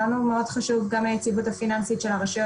לנו מאוד חשובה גם היציבות הפיננסית של הרשויות